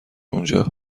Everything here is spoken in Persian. اونجا